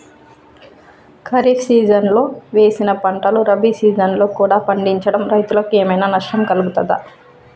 ఖరీఫ్ సీజన్లో వేసిన పంటలు రబీ సీజన్లో కూడా పండించడం రైతులకు ఏమైనా నష్టం కలుగుతదా?